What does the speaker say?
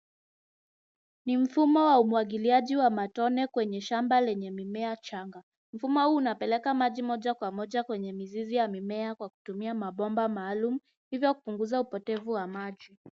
Ni mfumo wa umwagiliaji wa matone kwenye shamba lenye mimea michanga. Mfumo huu unapeleka maji moja kwa moja kwenye mizizi ya mimea kwa kutumia mabomba maalum hivyo kupunguza upotevu wa maji.